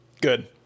Good